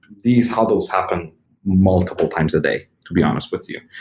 these hudles happen multiple times a day to be honest with you.